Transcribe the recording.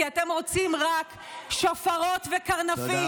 כי אתם רוצים רק שופרות וקרנפים,